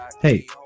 Hey